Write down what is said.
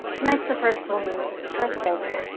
tonight's the first full moon since the curse broke.